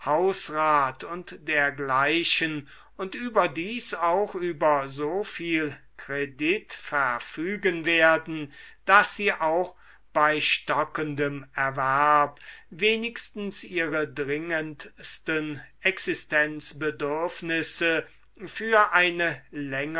hausrat u dgl und überdies auch über so viel kredit verfügen werden daß sie auch bei stockendem erwerb wenigstens ihre dringendsten existenzbedürfnisse für eine